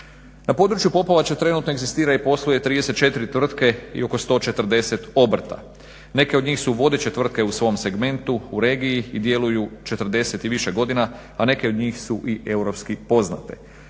Na području Popovače trenutno egzistira i posluje 34 tvrtke i oko 140 obrta. Neke od njih su vodeće tvrtke u svom segmentu u regiji i djeluju 40 i više godina a neke od njih su i europski poznate.